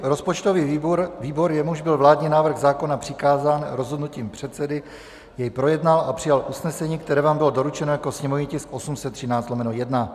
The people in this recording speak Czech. Rozpočtový výbor, jemuž byl vládní návrh zákona přikázán rozhodnutím předsedy, jej projednal a přijal usnesení, které vám bylo doručeno jako sněmovní tisk 813/1.